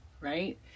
right